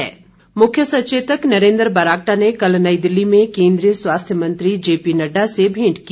बरागटा मुख्य सचेतक नरेन्द्र बरागटा ने कल नई दिल्ली में केन्द्रीय स्वास्थ्य मंत्री जेपी नड्डा से भेंट की